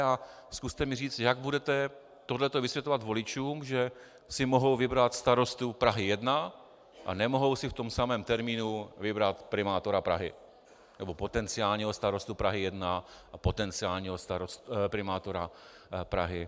A zkuste mi říct, jak budete tohle to vysvětlovat voličům, že si mohou vybrat starostu Prahy 1 a nemohou si v tom samém termínu vybrat primátora Prahy, nebo potenciálního starostu Prahy 1 a potenciálního primátora Prahy.